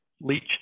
leach